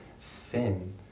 sin